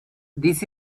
this